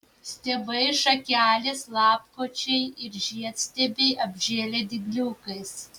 stiebai šakelės lapkočiai ir žiedstiebiai apžėlę dygliukais